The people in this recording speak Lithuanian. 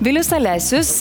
vilius alesius